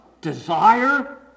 desire